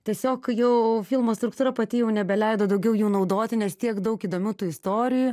tiesiog jau filmo struktūra pati jau nebeleido daugiau jų naudoti nes tiek daug įdomių tų istorijų